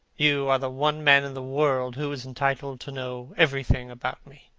you are the one man in the world who is entitled to know everything about me.